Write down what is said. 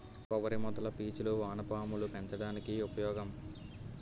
కొబ్బరి మొదల పీచులు వానపాములు పెంచడానికి ఉపయోగం